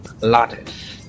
lattice